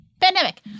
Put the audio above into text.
pandemic